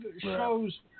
shows